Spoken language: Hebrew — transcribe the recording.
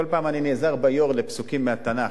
כל פעם אני נעזר ביושב-ראש לפסוקים מהתנ"ך,